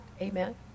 Amen